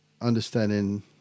understanding